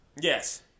Yes